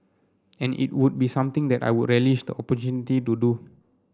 and it would be something that I would relish the opportunity to do